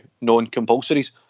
non-compulsories